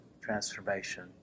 transformation